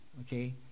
okay